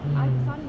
mm